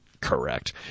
correct